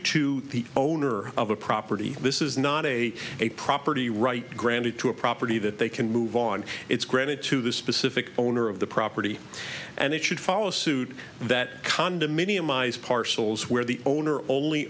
to the owner of a property this is not a a property right granted to a property that they can move on it's granted to the specific owner of the property and it should follow suit that condominium eyes parcels where the owner only